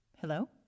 Hello